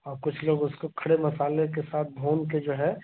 और कुछ लोग उसको खड़े मसाले के साथ भूनकर जो है